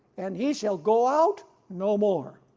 and he shall go out no more.